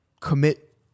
commit